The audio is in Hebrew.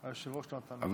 אבל